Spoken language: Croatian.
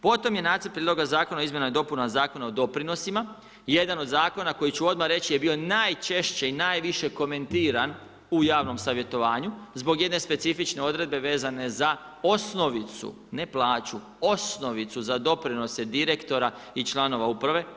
Potom je nacrt prijedloga izmjena zakona o izmjenama i dopunama Zakona o doprinosima jedan od zakona koji ću odmah reći je bio najčešće i najviše komentiran u javnom savjetovanju zbog jedne specifične odredbe vezane za osnovicu, ne plaću, osnovicu za doprinose direktora i članova uprave.